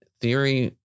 Theory